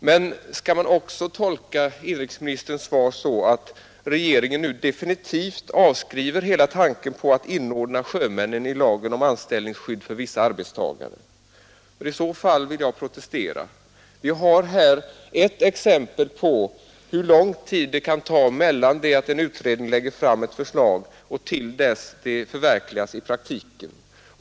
Men skall man också tolka inrikesministerns svar så att regeringen nu definitivt avskriver hela tanken på att inordna sjömännen i lagen om anställningsskydd för vissa arbetstagare? I så fall vill jag protestera. Vi har här ett exempel på hur lång tid det kan ta från det att en utredning lägger fram ett förslag tills detta förverkligas i praktiken.